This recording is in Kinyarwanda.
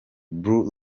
blue